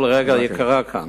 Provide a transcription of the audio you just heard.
כל דקה יקרה כאן.